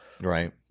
Right